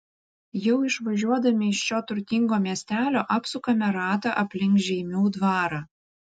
jau išvažiuodami iš šio turtingo miestelio apsukame ratą aplink žeimių dvarą